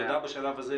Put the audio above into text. תודה בשלב הזה.